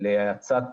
להאצת